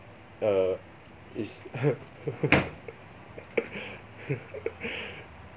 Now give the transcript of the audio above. err it's